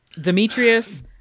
Demetrius